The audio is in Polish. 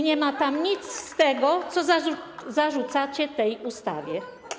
Nie ma tam nic z tego, co zarzucacie tej ustawie.